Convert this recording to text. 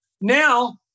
Now